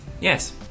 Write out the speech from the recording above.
yes